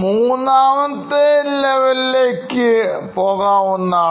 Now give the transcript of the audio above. മൂന്നാമത്തെ ലെവലിലേക്ക് പോകാവുന്നതാണ്